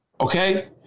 Okay